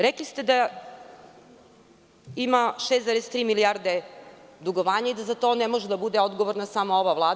Rekli ste da ima 6,3 milijarde dugovanja i da za to ne može da bude odgovorna samo ova Vlada.